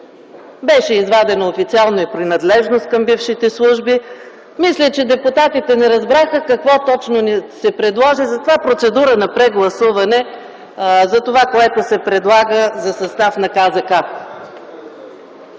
беше извадена официално и принадлежност към бившите служби. Мисля, че депутатите не разбраха какво точно ни се предлага. Затова правя процедура на прегласуване за това, което се предлага за състав на Комисията